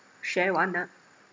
share one ah